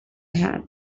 had